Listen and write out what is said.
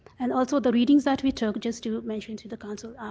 and also the readings that we took, just to mention to the council,